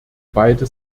beide